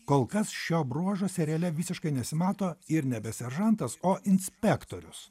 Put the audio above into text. kol kas šio bruožo seriale visiškai nesimato ir nebe seržantas o inspektorius